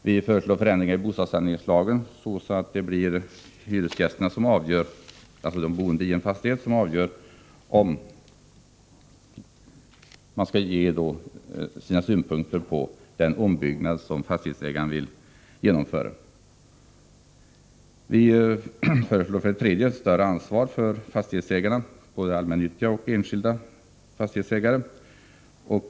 Vi föreslår förändringar i bostadssaneringslagen så att de boende i en fastighet får ge sina synpunkter på den ombyggnad som fastighetsägaren vill genomföra. 3. Vi föreslår ett större ansvar för fastighetsägare, både allmännyttiga och enskilda.